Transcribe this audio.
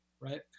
right